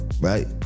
right